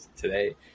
today